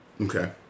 Okay